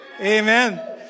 Amen